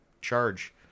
charge